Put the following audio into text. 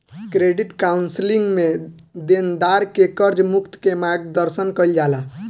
credit counselling में देनदार के कर्ज मुक्त के मार्गदर्शन कईल जाला